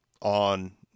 on